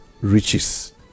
riches